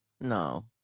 No